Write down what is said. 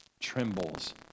trembles